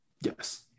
Yes